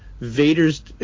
Vader's